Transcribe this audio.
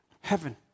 heaven